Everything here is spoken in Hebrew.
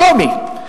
שלומי.